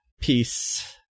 peace